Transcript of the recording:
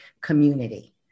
community